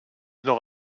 noch